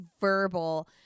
verbal